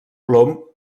plom